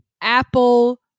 Apple